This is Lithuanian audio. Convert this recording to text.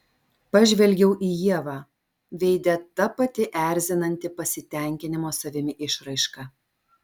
pažvelgiau į ievą veide ta pati erzinanti pasitenkinimo savimi išraiška